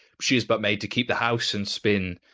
she is but made to keep the house and spin.